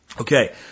Okay